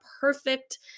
perfect